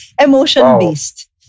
Emotion-based